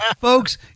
Folks